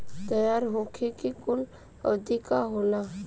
तैयार होखे के कूल अवधि का होला?